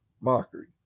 mockery